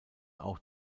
auch